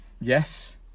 yes